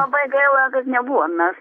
labai gaila kad nebuvom mes